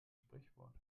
sprichwort